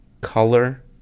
Color